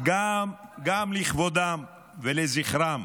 גם לכבודם ולזכרם